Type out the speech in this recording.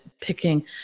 picking